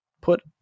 put